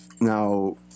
Now